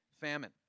famine